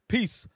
Peace